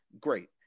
great